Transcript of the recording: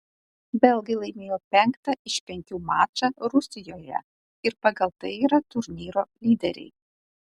belgai laimėjo penktą iš penkių mačą rusijoje ir pagal tai yra turnyro lyderiai